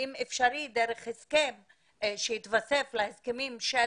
אם אפשרי דרך הסכם שהתווסף להסכמים של